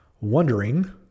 Wondering